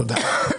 תודה.